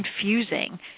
confusing